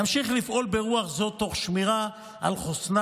נמשיך לפעול ברוח זו תוך שמירה על חוסנה